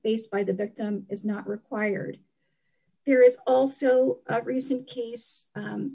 used by the victim is not required there is also a recent case